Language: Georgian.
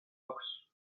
აქვს